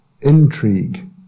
intrigue